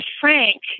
Frank